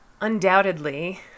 undoubtedly